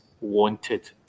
wanted